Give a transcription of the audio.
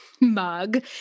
mug